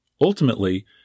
Ultimately